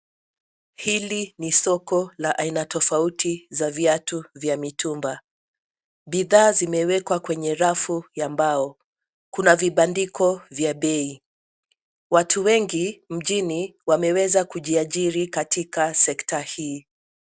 Hili ni soko la aina tofauti za viatu vya mitumba. Bidhaa zimewekwa kwenye rafu ya mbao. Kuna vibandiko vya bei. Watu wengi mjini wameweza kujiajiri katika sekta hii